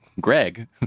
greg